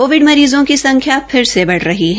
Covid मरीजों की संख्या फिर से बढ़ रही है